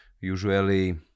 usually